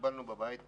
יחזרו מהאירוע